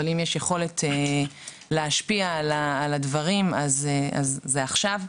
אבל אם יש יכולת להשפיע על הדברים אז זה עכשיו.